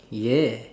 yeah